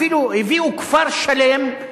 אפילו הביאו כפר שלם,